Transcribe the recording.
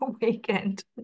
weekend